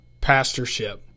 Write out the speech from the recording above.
pastorship